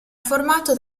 formato